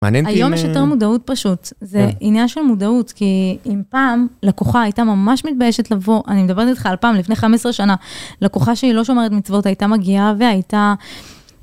מעניין אותי... היום יש יותר מודעות פשוט, זה עניין של מודעות, כי אם פעם לקוחה הייתה ממש מתביישת לבוא, אני מדברת איתך על פעם, לפני 15 שנה, לקוחה שהיא לא שומרת מצוות, הייתה מגיעה והייתה...